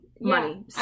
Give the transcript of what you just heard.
money